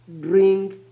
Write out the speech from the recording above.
Drink